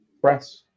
press